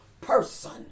person